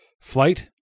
flight